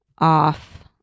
off